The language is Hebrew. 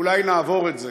אולי נעבור את זה.